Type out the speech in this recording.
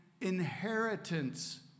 inheritance